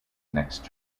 next